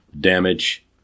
damage